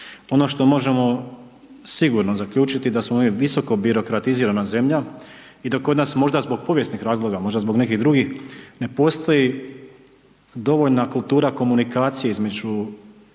Ono što možemo sigurno zaključiti da smo mi visoko birokratizirana zemlja i da kod nas možda zbog povijesnih razloga, možda zbog nekih drugih ne postoji dovoljna kultura komunikacije između